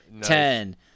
ten